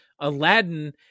Aladdin